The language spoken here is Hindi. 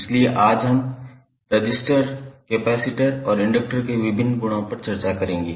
इसलिए आज हम रेसिस्टर्स कैपेसिटर और इंडक्टर के विभिन्न गुणों पर चर्चा करेंगे